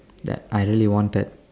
that I really wanted